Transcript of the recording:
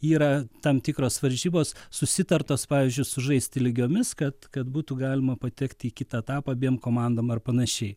yra tam tikros varžybos susitartos pavyzdžiui sužaisti lygiomis kad kad būtų galima patekti į kitą etapą abiem komandom ar panašiai